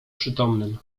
przytomnym